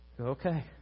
Okay